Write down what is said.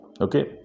okay